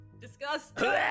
Disgusting